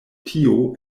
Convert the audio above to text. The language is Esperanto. tio